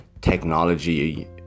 technology